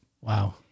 Wow